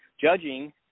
judging